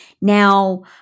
Now